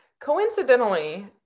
Coincidentally